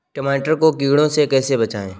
टमाटर को कीड़ों से कैसे बचाएँ?